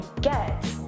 get